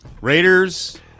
Raiders